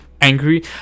angry